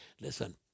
Listen